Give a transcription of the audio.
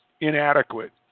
inadequate